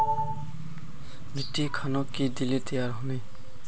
मिट्टी खानोक की दिले तैयार होने?